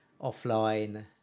offline